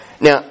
Now